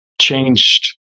changed